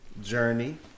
journey